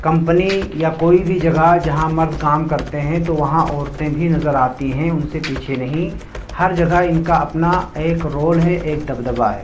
company یا کوئی بھی جگہ جہاں مرد کام کرتے ہیں تو وہاں عورتیں بھی نظر آتی ہیں ان سے پیچھے نہیں ہر جگہ ان کا اپنا ایک رول ہے ایک دبدبہ ہے